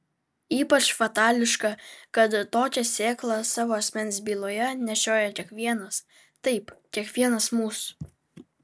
ypač fatališka kad tokią sėklą savo asmens byloje nešiojo kiekvienas taip kiekvienas mūsų